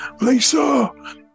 Lisa